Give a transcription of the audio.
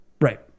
Right